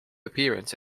appearance